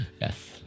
Yes